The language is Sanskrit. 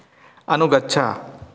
अनुगच्छ